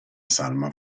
salma